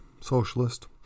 socialist